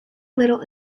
little